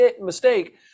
mistake